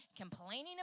complaining